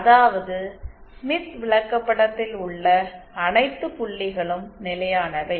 அதாவது ஸ்மித் விளக்கப்படத்தில் உள்ள அனைத்து புள்ளிகளும் நிலையானவை